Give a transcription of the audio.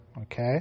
okay